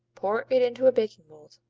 pour it into a baking mold.